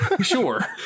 Sure